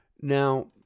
Now